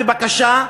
בבקשה,